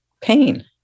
pain